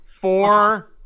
Four